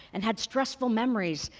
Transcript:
and had stressful memories,